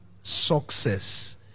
success